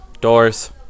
doors